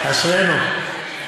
אשרינו.